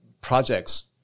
projects